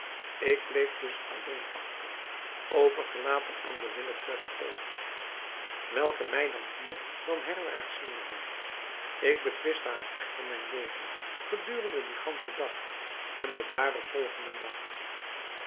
ik bleef dus alleen achter overgelaten aan de willekeur der golven welke mij dan hier dan herwaarts slingerden ik betwistte haar echter mijn leven gedurende dien ganschen dag en den daarop volgenden nacht